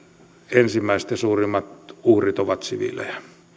ensimmäiset ja suurimmat uhrit ovat siviilejä